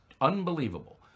Unbelievable